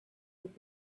would